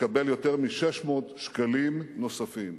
תקבל יותר מ-600 שקלים נוספים.